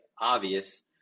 obvious